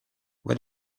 what